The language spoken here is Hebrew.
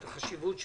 את החשיבות שלהן,